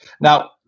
Now